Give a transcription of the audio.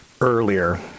earlier